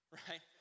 right